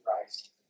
Christ